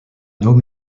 homme